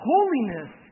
Holiness